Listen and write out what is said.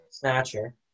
snatcher